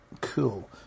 Cool